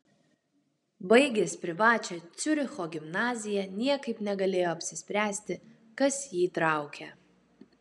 baigęs privačią ciuricho gimnaziją niekaip negalėjo apsispręsti kas jį traukia